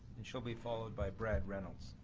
and she'll be followed by brett reynolds.